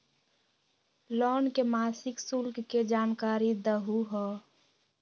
Loan के मासिक शुल्क के जानकारी दहु हो?